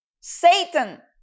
Satan